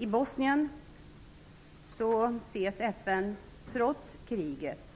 I Bosnien ses FN, trots kriget,